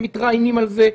הם מתראיינים על זה,